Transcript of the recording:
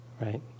Right